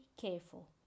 careful